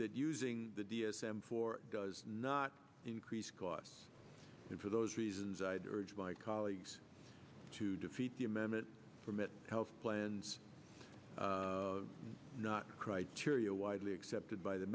that using the d s m four does not increase costs and for those reasons i'd urge my colleagues to defeat the amendment from it health plans are not criteria widely accepted by the